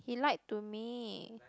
he lied to me